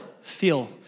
feel